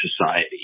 society